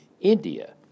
India